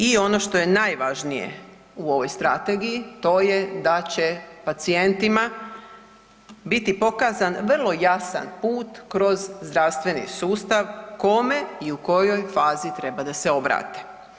I ono što je najvažnije u ovoj strategiji to je da će pacijentima biti pokazan vrlo jasan put kroz zdravstveni sustav, kome i u kojoj fazi treba da se obrate.